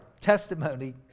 testimony